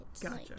Gotcha